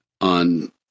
on